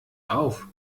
auf